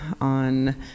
on